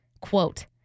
quote